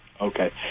Okay